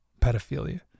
pedophilia